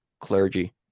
clergy